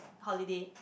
holiday